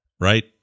right